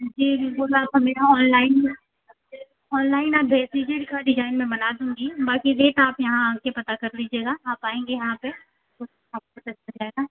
जी बिल्कुल आप हमें ऑनलाइन ऑनलाइन आप भेज दीजिए डिजाइन में बना दूँगी बाकी रेट आप यहाँ आ कर पता कर लीजिएगा आप आएँगी यहाँ पर तो आपको जाएगा